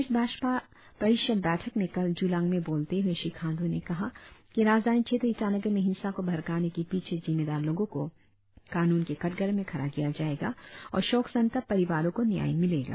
प्रदेश भाजपा परिषद बैठक में कल जूलांग में बोलते हुए श्री खांडू ने कहा कि राजधानी क्षेत्र ईटानगर में हिंसा को भड़काने के पीछे जिम्मेदार लोगों को कानून के कटघरे में खड़ा किया जाएगा और शौक संतप्त परिवारों को न्याय मिलेगा